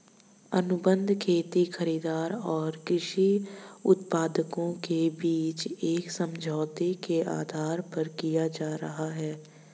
अनुबंध खेती खरीदार और कृषि उत्पादकों के बीच एक समझौते के आधार पर किया जा रहा है